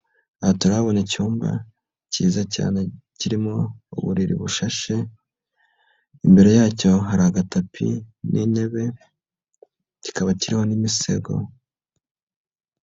Aha tarabona icyumba, kiza cyane kirimo uburiri bushashe, imbere yacyo hari agatapi n'intebe, kikaba kiriho n'imisego.